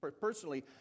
personally